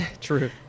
true